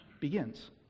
begins